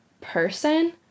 person